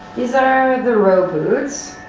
these are the row boots.